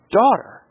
daughter